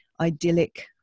idyllic